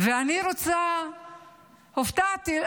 הופתעתי,